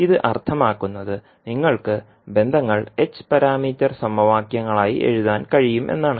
ഇത് അർത്ഥമാക്കുന്നത് നിങ്ങൾക്ക് ബന്ധങ്ങൾ h പാരാമീറ്റർ സമവാക്യങ്ങൾ ആയി എഴുതാൻ കഴിയും എന്നാണ്